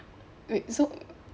wait so